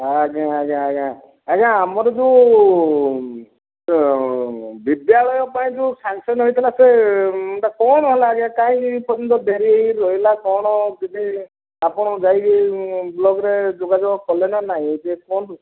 ଆଜ୍ଞା ଆଜ୍ଞା ଆଜ୍ଞା ଆଜ୍ଞା ଆମର ଯେଉଁ ବିଦ୍ୟାଳୟ ପାଇଁ ଯେଉଁ ସାଂକ୍ସନ ହେଇଥିଲା ସେ କଣ ହେଲା ଆଜ୍ଞା କାହିଁକି ଏ ପର୍ଯ୍ୟନ୍ତ ଡ଼େରି ହେଇ ହେଇ ରହିଲା କଣ କିଛି ଆପଣ ଯାଇକି ବ୍ଲକରେ ଯୋଗାଯୋଗ କଲେ ନା ନାହିଁ ଟିକେ କୁହନ୍ତୁ